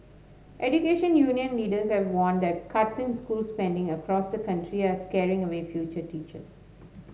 education union leaders have warned that cuts in school spending across the country are scaring away future teachers